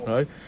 Right